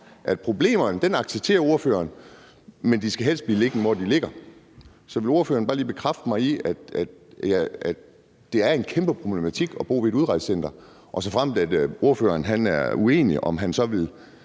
og problemerne accepterer ordføreren, men de skal helst blive liggende, hvor de ligger. Så vil ordføreren bare lige bekræfte mig i, at det er en kæmpe problematik at bo ved et udrejsecenter, og såfremt ordføreren er uenig, vil han så se,